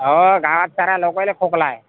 अहो गावात साऱ्या लोकाला खोकला आहे